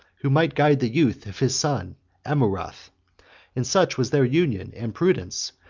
who might guide the youth of his son amurath and such was their union and prudence,